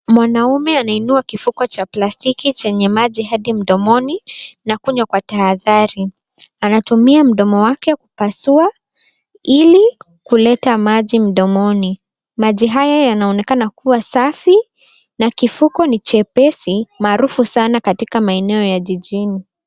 Mwanaume anainua kifuko cha plastiki chenye maji hadi mdomoni, na kunywa kwa tahadhari. Anatumia mdomo wake kupasua, ili kuleta maji mdomoni. Maji haya yanaonekana kuwa safi, na kifuko ni chepesi, maarufu sana katika maeneo ya jijini.